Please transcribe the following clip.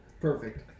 perfect